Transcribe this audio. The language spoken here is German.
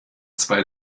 zwei